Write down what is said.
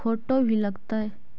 Photo भी लग तै?